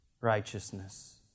righteousness